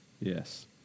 Yes